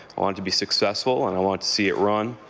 want to be successful and i want to see it run.